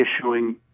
issuing